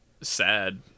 sad